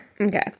Okay